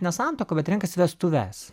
ne santuoką bet renkasi vestuves